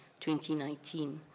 2019